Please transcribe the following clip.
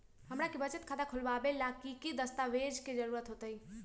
हमरा के बचत खाता खोलबाबे ला की की दस्तावेज के जरूरत होतई?